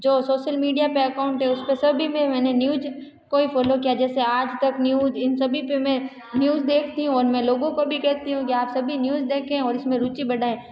जो social media पर account है उसपे सभी पर मैंने न्यूज को ही फॉलो किया है जैसे आज तक न्यूज इन सभी पर मैं न्यूज देखती हूँ और मैं लोगों को भी कहती हूँ की आप सभी न्यूज देखें और इसमें रूचि बढ़ाएँ